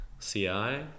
CI